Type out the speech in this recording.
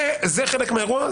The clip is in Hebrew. זה חלק מהאירוע,